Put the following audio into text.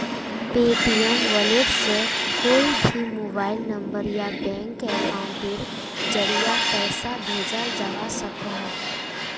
Paytm wallet से कोए भी मोबाइल नंबर या बैंक अकाउंटेर ज़रिया पैसा भेजाल जवा सकोह